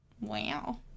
Wow